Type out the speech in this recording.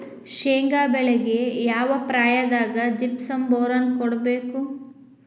ಶೇಂಗಾ ಬೆಳೆಗೆ ಯಾವ ಪ್ರಾಯದಾಗ ಜಿಪ್ಸಂ ಬೋರಾನ್ ಕೊಡಬೇಕು?